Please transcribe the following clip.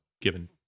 given